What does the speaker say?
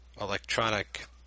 electronic